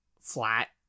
flat